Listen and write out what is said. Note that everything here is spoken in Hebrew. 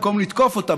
במקום לתקוף אותה.